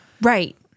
Right